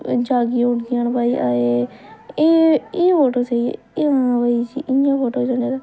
जागी उठदियां न भाई एह् एह् फोटो स्हेई ऐ एह् हां भाई इ'यां फोटो चंगी